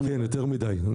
יותר מדי.